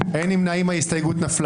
אין ההסתייגות מס'